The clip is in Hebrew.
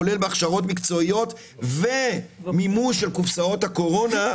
כולל בהכשרות מקצועיות ומימוש קופסאות הקורונה,